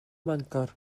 mangor